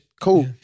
Cool